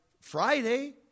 Friday